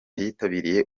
yitabiriye